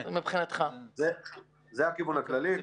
כן, זה הכיוון הכללי.